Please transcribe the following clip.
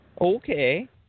Okay